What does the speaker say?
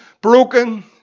broken